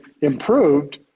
improved